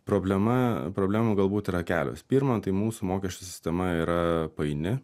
problema problemų galbūt yra kelios pirma tai mūsų mokesčių sistema yra paini